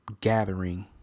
gathering